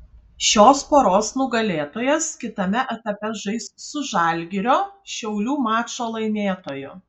šios poros nugalėtojas kitame etape žais su žalgirio šiaulių mačo laimėtoju